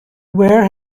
where